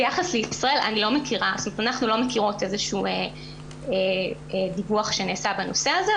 ביחס לישראל אנחנו לא מכירות איזה שהוא דיווח שנעשה בנושא הזה,